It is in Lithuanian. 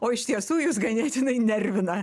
o iš tiesų jūs ganėtinai nervina